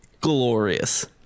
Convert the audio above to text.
glorious